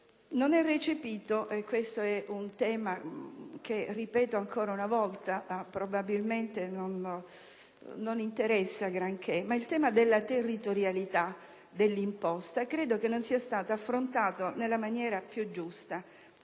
Non è recepito - e questo è un aspetto che ricordo ancora una volta, ma che probabilmente non interessa granché - il tema della territorialità dell'imposta. Credo che non sia stato affrontato nella maniera più giusta